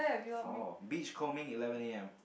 for beachcombing eleven am